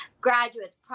graduates